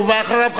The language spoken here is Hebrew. ואחריו,